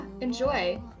Enjoy